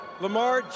Lamar